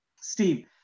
Steve